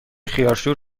خیارشور